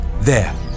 There